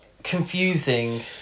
confusing